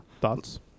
Thoughts